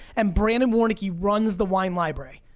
and brandon warnke runs the wine library,